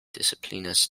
disciplinas